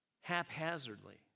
haphazardly